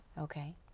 Okay